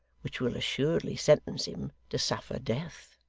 which will assuredly sentence him to suffer death.